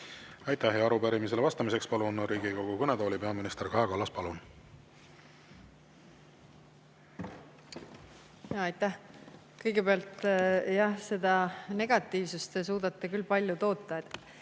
Aitäh! Arupärimisele vastamiseks palun Riigikogu kõnetooli peaminister Kaja Kallase. Palun! Aitäh! Kõigepealt, seda negatiivsust te suudate küll palju toota,